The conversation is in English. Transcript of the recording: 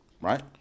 right